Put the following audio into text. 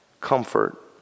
comfort